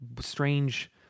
strange